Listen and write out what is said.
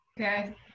Okay